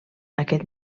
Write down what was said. aquest